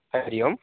हरिः ओम्